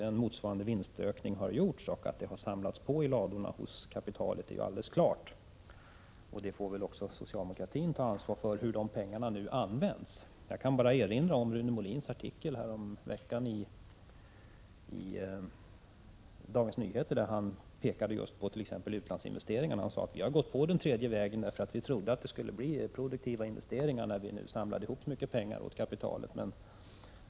En motsvarande vinstökning har skett, och att man hos kapitalet har kunnat samla i ladorna är alldeles klart. Också socialdemokratin får i det läget ta ansvar för hur dessa pengar nu används. Jag vill bara erinra om Rune Molins artikel i Dagens Nyheter häromveckan, där han pekade på just utlandsinvesteringarna. Vi har ställt oss bakom den tredje vägens politik, därför att vi trodde att det skulle bli produktiva investeringar när vi nu samlade ihop så mycket pengar åt kapitalet, sade Rune Molin.